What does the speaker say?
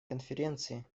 конференции